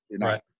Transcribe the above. Right